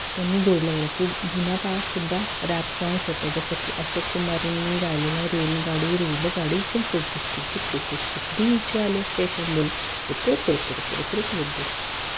त्यांनी जोडलं गेलं की जुन्या काळातसुद्धा रॅप साँग्स होती जसं की अशोक कुमार यांनी गायलेलं रेलगाडी रेलगाडी चुक चुक चुक चुक चुक चुक चुक चुक बीचवाले स्टेशन बोल रुक रुक रुक रुक रुक रुक बुद्दू